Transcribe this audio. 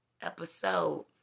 episode